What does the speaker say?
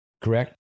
Correct